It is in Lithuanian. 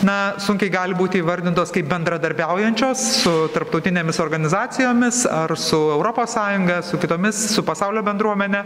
na sunkiai gali būti įvardintos kaip bendradarbiaujančios su tarptautinėmis organizacijomis ar su europos sąjunga su kitomis su pasaulio bendruomene